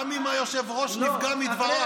גם אם היושב-ראש נפגע מדבריי.